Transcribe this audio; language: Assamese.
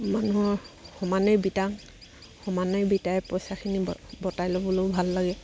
মানুহৰ সমানেই বিটাও সমানেই বিটাই পইচাখিনি বতাই ল'বলৈয়ো ভাল লাগে